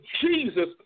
Jesus